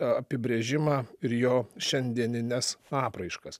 apibrėžimą ir jo šiandienines apraiškas